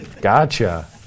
Gotcha